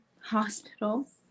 hospital